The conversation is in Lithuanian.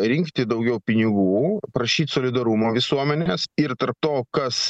rinkti daugiau pinigų prašyt solidarumo visuomenės ir tarp to kas